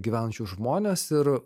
gyvenančius žmones ir